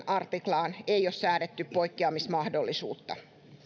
artiklaan ei ole säädetty poikkeamismahdollisuutta